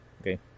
Okay